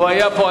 הוא היה פה.